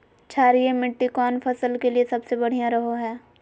क्षारीय मिट्टी कौन फसल के लिए सबसे बढ़िया रहो हय?